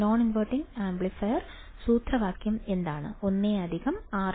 non inverting amplifier സൂത്രവാക്യം എന്താണ് 1 RfR1